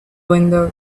window